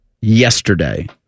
yesterday